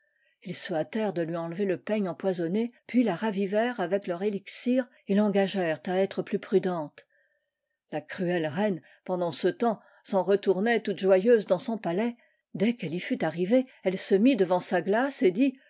ils se hâtèrent de lui enlever le peigne empoisonné puis la ravivèrent avec leur élixir et l'engagèrent à être plus prudente la cruelle reine pendant ce temps s'en retournait toute joyeuse dans son palais dès qu'elle y fut arrivée elle se mit devant sa glace et dit